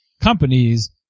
companies